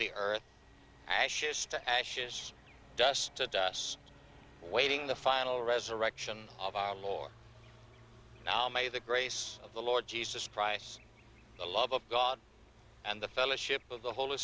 the earth ashes to ashes dust to dust awaiting the final resurrection of our lord now my the grace of the lord jesus christ a love of god and the fellowship of the holy